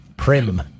Prim